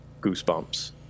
goosebumps